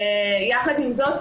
יחד עם זאת,